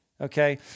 Okay